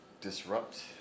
disrupt